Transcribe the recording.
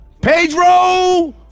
Pedro